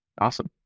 Awesome